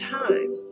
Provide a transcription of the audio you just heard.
time